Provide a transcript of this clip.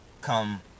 come